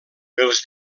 els